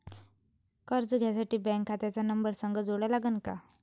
कर्ज घ्यासाठी बँक खात्याचा नंबर संग जोडा लागन का?